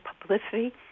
publicity